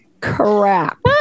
crap